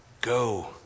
Go